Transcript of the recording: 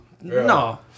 No